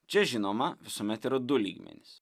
čia žinoma visuomet yra du lygmenys